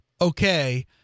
okay